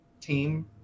team